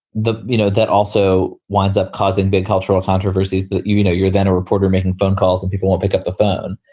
the you know, that also winds up causing big cultural controversies that, you you know, you're then a reporter making phone calls and people won't pick up the phone.